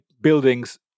buildings